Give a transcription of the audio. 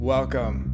Welcome